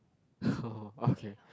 okay